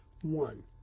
One